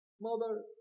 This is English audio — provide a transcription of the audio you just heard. Mother